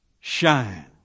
shine